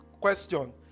question